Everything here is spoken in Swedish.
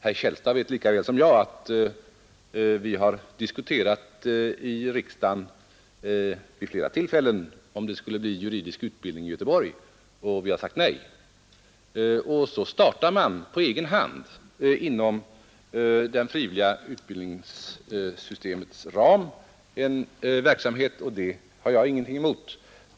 Herr Källstad vet lika väl som jag att vi har diskuterat i riksdagen vid flera tillfällen, om det skulle bli juridisk utbildning i Göteborg. Riksdagen har sagt nej. Så startar man en verksamhet inom det frivilliga utbildningssystemets ram, och det har jag ingenting emot.